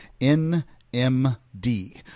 NMD